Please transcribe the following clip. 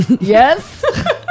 Yes